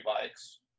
bikes